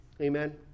Amen